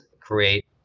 create